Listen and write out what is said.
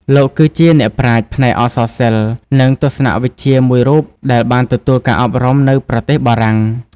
លោកគឺជាអ្នកប្រាជ្ញផ្នែកអក្សរសិល្ប៍ និងទស្សនវិជ្ជាមួយរូបដែលបានទទួលការអប់រំនៅប្រទេសបារាំង។